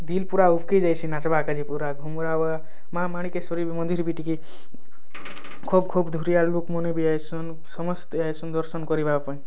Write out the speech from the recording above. ଦିଲ୍ ପୁରା ଉବ୍କି ଯାଇଛେ ନାଚ୍ବା କାଜି ପୁରା ଘୁମୁରା ମା' ମାଣିକେଶ୍ଵରୀ ବି ମନ୍ଦିର ବି ଟିକିଏ ଖୁବ୍ ଖୁବ୍ ଧୁରିଆର ଲୋକମାନେ ବି ଆଇସନ୍ ସମସ୍ତେ ଆଇସନ୍ ଦର୍ଶନ କରିବା ପାଇଁ